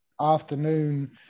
afternoon